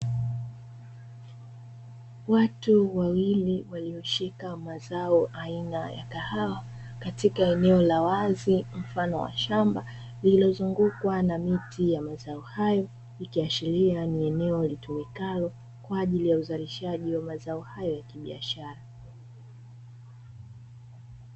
Watu wawili walioshika mazao aina ya kahawa katika eneo la wazi mfano wa shamba lililozungukwa na miti ya mazao hayo, ikiashiria ni eneo litimikalo kwa ajili ya uzalishaji wa mazao hayo ya kibiashara.